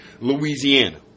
Louisiana